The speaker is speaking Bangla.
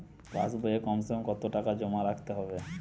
পাশ বইয়ে কমসেকম কত টাকা জমা রাখতে হবে?